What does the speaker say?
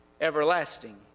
everlasting